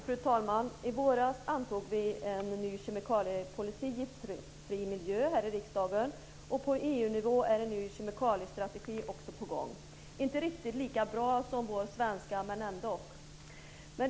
Fru talman! I våras antog vi här i riksdagen en ny kemikaliepolicy om giftfri miljö. På EU-nivå är en ny kemikaliestrategi också på gång - inte riktigt lika bra som vår svenska, men ändock.